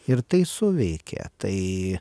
ir tai suveikė tai